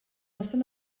noson